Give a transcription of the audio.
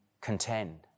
contend